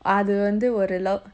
அது வந்து ஒரு:athu vanthu oru lov~